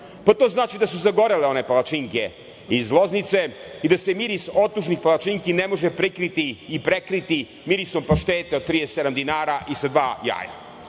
To znači da su zagorele one palačinke iz Loznice gde se miris otužnih palačinki ne može prikriti i prekriti mirisom paštete od 37 dinara i sa dva jaja.